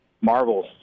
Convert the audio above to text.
marvels